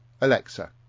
Alexa